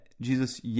jesus